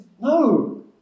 no